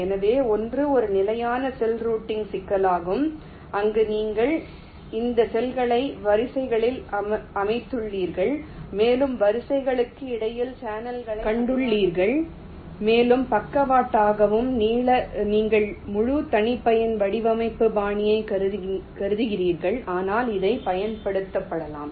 எனவே ஒன்று ஒரு நிலையான செல் ரூட்டிங் சிக்கலாகும் அங்கு நீங்கள் இந்த செல்களை வரிசைகளில் அமைத்துள்ளீர்கள் மேலும் வரிசைகளுக்கு இடையில் சேனல்களை அடையாளம் கண்டுள்ளீர்கள் மேலும் பக்கவாட்டாகவும் நீங்கள் முழு தனிப்பயன் வடிவமைப்பு பாணியைக் கருதுகிறீர்கள் ஆனால் இதைப் பயன்படுத்தலாம்